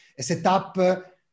setup